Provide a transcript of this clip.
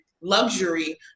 luxury